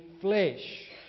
flesh